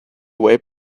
away